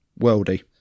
Worldy